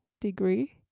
Degree